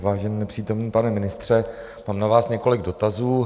Vážený nepřítomný pane ministře, mám na vás několik dotazů.